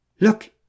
Look